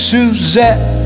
Suzette